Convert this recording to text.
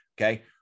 Okay